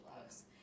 loves